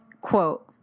quote